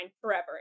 forever